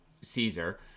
caesar